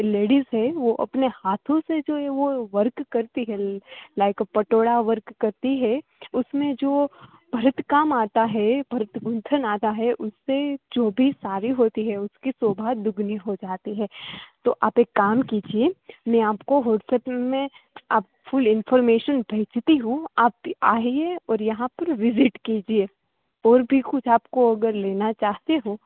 ladies હૈ વો અપને હાથોં સે જો યે વો વર્ક કરતી હૈ લાઇક પટોળાં વર્ક કરતી હે ઉસમેં જો ભરતકામ આતા હૈ ભરતગૂંથન આતા હૈ ઉસસે જો ભી સાડી હોતી હૈ ઉસકી શોભા દુગની હો જાતી હે તો આપ એક કામ કીજીયે મેં આપકો વોટ્સઅપ મેં આપકો ઇન્ફોર્મેશન ભેજતી હું આપ આઈએ ઓર યહાં પર વિઝિટ કીજીયે ઓર ભી કુછ આપકો અગર લેના ચાહતે હો